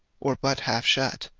or but half shut,